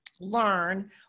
learn